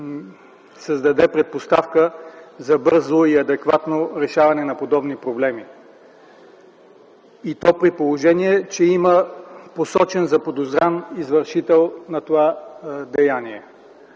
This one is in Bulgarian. създаде предпоставка за бързо и адекватно решаване на подобни проблеми, и то при положение, че има посочен заподозрян извършител на това деяние.